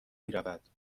میرود